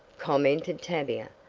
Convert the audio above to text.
commented tavia,